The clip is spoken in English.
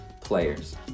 players